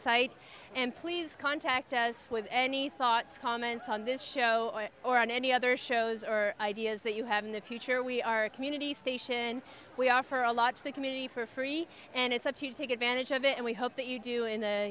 site and please contact us with any thoughts comments on this show or or on any other shows or ideas that you have in the future we are a community station we offer a lot to the community for free and it's up to take advantage of it and we hope that you do in the